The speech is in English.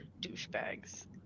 douchebags